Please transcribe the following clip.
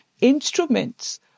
instruments